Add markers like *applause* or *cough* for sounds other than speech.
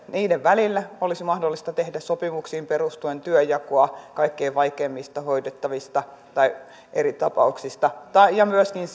niiden välillä olisi mahdollista tehdä sopimuksiin perustuen työnjakoa kaikkein vaikeimmista hoidettavista ja eri tapauksista myöskin *unintelligible*